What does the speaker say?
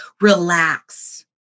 relax